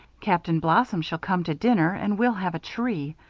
captain blossom shall come to dinner and we'll have a tree.